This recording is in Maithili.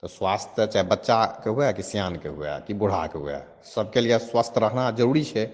तऽ स्वास्थ्य तऽ चाहे बच्चाके हुए कि सिआनके हुए कि बूढ़ाके हुए सभके लिए स्वस्थ रहना जरूरी छै